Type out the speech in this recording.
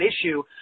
issue